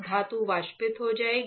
धातु वाष्पित हो जाएगी